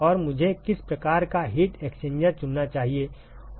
और मुझे किस प्रकार का हीट एक्सचेंजर चुनना चाहिए